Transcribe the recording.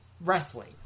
wrestling